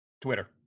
Twitter